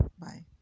Bye